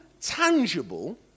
tangible